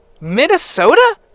Minnesota